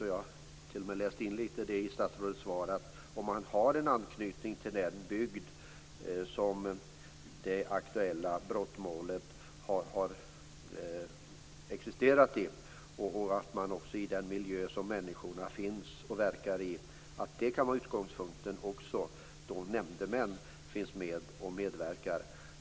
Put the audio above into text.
Jag har t.o.m. läst in lite i statsrådets svar att det har betydelse att nämndemännen har anknytning till den bygd där det aktuella brottet har skett och att de finns i den miljö som människorna bor och verkar i. Det är utgångspunkten för att nämndemän skall vara med och medverka.